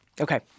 okay